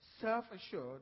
self-assured